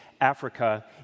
Africa